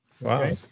Wow